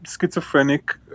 schizophrenic